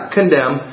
condemn